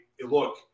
look